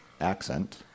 accent